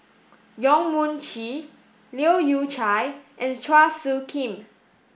Yong Mun Chee Leu Yew Chye and Chua Soo Khim